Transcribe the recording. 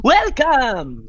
Welcome